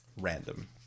Random